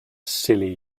silly